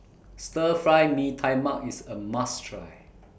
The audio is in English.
Stir Fry Mee Tai Mak IS A must Try